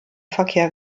verkehr